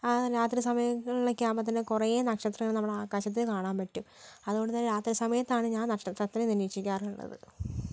രാത്രി സമയങ്ങളിലൊക്കെ ആകുമ്പോഴത്തേനും കുറെ നക്ഷത്രങ്ങൾ നമ്മൾ ആകാശത്ത് കാണാൻ പറ്റും അതുകൊണ്ടുതന്നെ രാത്രി സമയത്താണ് ഞാൻ നക്ഷത്രത്തെ നിരീക്ഷിക്കാറുള്ളത്